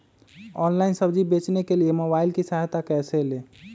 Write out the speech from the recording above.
Online सब्जी बेचने के लिए मोबाईल की सहायता कैसे ले?